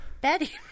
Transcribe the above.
Betty